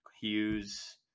Hughes